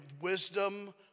wisdom